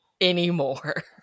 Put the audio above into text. anymore